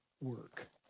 work